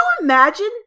imagine